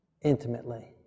intimately